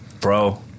Bro